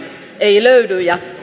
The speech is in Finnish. ei löydy